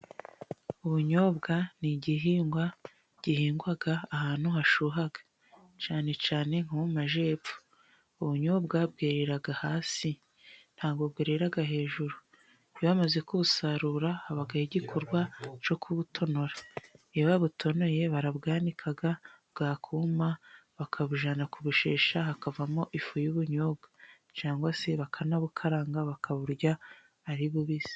Ubunyobwa ni igihingwa gihingwa ahantu hashyuha cyane cyane nko mu majyepfo. Ubunyobwa bwerera hasi ntabwo bwerera hejuru, iyo bamaze kubusarura habaho igikorwa cyo kubutonora. Iyo babutonoye barabwanika bwakuma bakabujyana kubushesha hakavamo ifu y'ubunyobwa cyangwa se bakanabukaranga bakaburya ari bubisi.